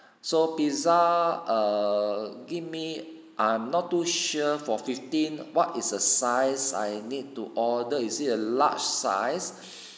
so pizza err give me I'm not too sure for fifteen what is a size I need to order is it a large size